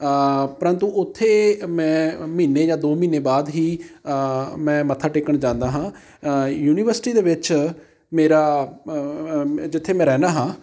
ਪਰੰਤੂ ਉੱਥੇ ਮੈਂ ਮਹੀਨੇ ਜਾਂ ਦੋ ਮਹੀਨੇ ਬਾਅਦ ਹੀ ਮੈਂ ਮੱਥਾ ਟੇਕਣ ਜਾਂਦਾ ਹਾਂ ਯੂਨੀਵਰਸਿਟੀ ਦੇ ਵਿੱਚ ਮੇਰਾ ਜਿੱਥੇ ਮੈਂ ਰਹਿੰਦਾ ਹਾਂ